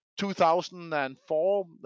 2004